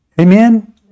Amen